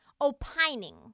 opining